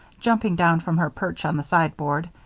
jumping down from her perch on the sideboard,